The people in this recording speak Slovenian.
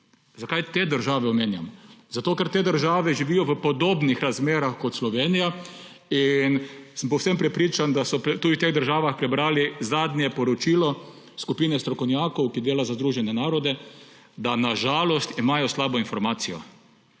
Zakaj te države omenjam? Ker te države živijo v podobnih razmerah kot Slovenija in sem povsem prepričan, da so tudi v teh državah prebrali zadnje poročilo skupine strokovnjakov, ki dela za Združene narode, da na žalost imajo slabo informacijo.